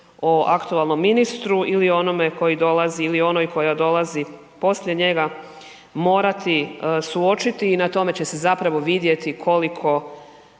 o aktualnom ministru ili onome koji dolazi ili onoj koja dolazi poslije njega morati suočiti i na tome će se zapravo vidjeti koliko